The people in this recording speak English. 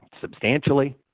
substantially